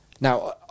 Now